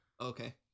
Okay